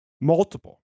multiple